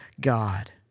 God